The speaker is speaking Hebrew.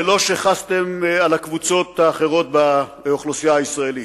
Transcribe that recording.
זה לא שחסתם על הקבוצות האחרות באוכלוסייה הישראלית.